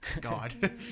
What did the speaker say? God